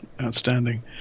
Outstanding